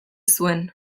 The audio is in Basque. zuen